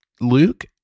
Luke